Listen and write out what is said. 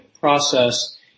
process